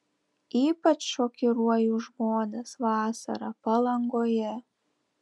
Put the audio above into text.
ypač šokiruoju žmones vasarą palangoje